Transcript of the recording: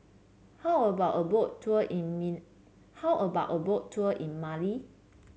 how about a Boat Tour in Mali